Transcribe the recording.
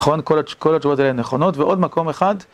נכון, כל, כל התשובות האלה נכונות, ועוד מקום אחד.